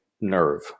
nerve